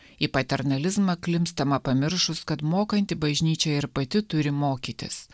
į paternalizmą klimpstama pamiršus kad mokanti bažnyčia ir pati turi mokytis